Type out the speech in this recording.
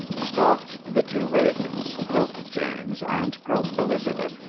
stalked the two ravens croak james and croak elizabeth,